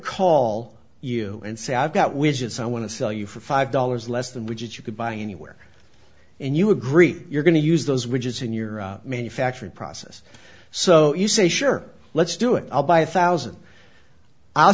call you and say i've got widgets i want to sell you for five dollars less than widget you could buy anywhere and you agree you're going to use those which is in your manufacturing process so you say sure let's do it i'll buy a thousand